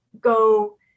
go